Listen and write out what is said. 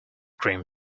cream